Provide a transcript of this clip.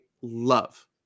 love